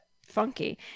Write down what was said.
funky